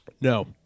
No